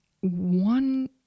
one